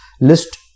list